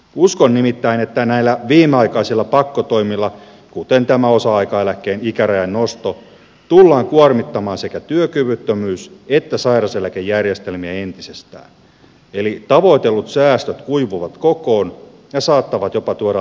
uskon nimittäin että näillä viimeaikaisilla pakkotoimilla kuten tällä osa aikaeläkkeen ikärajan nostolla tullaan kuormittamaan sekä työkyvyttömyys että sairauseläkejärjestelmiä entisestään eli tavoitellut säästöt kuivuvat kokoon ja saattavat jopa tuoda lisäkustannuksia